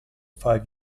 five